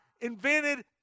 invented